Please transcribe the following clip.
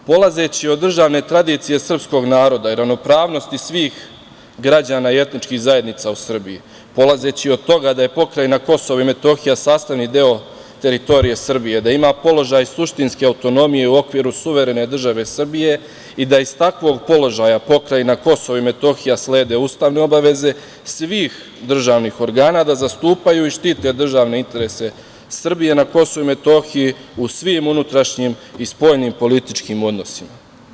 Polazeći od državne tradicije srpskog naroda i ravnopravnosti svih građana i etničkih zajednica u Srbiji, polazeći od toga da je pokrajina Kosovo i Metohija sastavni deo teritorije Srbije, da ima položaj suštinske autonomije u okviru suverene države Srbije i da iz takvog položaja pokrajina Kosovo i Metohija slede ustavne obaveze svih državnih organa da zastupaju i štite državne interese Srbije na Kosovu i Metohiji u svim unutrašnjim i spoljnim političkim odnosima.